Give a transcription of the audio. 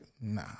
nah